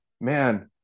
man